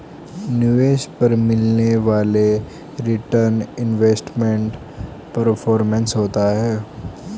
निवेश पर मिलने वाला रीटर्न इन्वेस्टमेंट परफॉरमेंस होता है